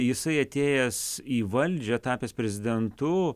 jisai atėjęs į valdžią tapęs prezidentu